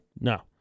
No